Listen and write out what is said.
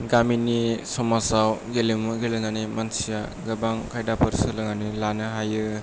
गामिनि समाजाव गेलेमु गेलेनानै मानसिया गोबां खायदाफोर सोलोंनानै लानो हायो